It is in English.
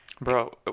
bro